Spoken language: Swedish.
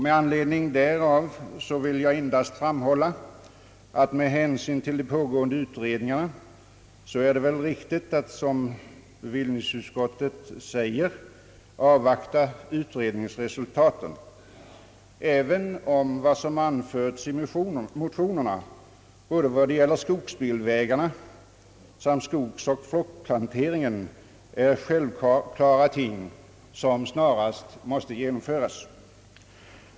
Med anledning därav vill jag endast framhålla att med hänsyn till de pågående utredningarna är det väl riktigt, som utskottet framhåller, att avvakta utredningsresultatet, även om det som anförts i motionerna både vad det gäller skogsbilvägarna samt skogsoch fruktplanteringen är självklara ting som snarast måste genomföras.